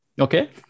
Okay